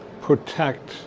protect